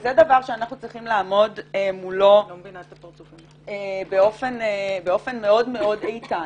וזה דבר שאנחנו צריכים לעמוד מולו באופן מאוד מאוד איתן.